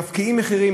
מפקיעים מחירים,